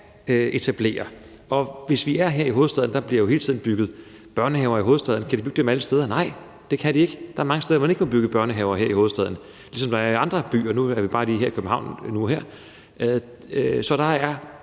etablere. Hvis vi er her i hovedstaden, hvor der jo hele tiden bliver bygget børnehaver, kan de så bygge dem alle steder? Nej, det kan de ikke. Der er mange steder, man ikke må bygge børnehaver her i hovedstaden, ligesom der er i andre byer – nu taler jeg bare lige om her i København. Så der er